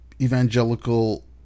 evangelical